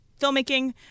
filmmaking